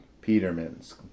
Peterman's